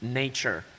nature 。